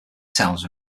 towns